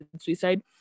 suicide